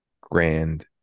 grand